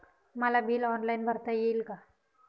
मला bill online भरता येईल का?